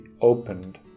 opened